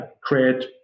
create